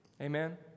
Amen